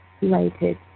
related